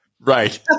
Right